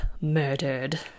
murdered